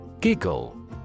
Giggle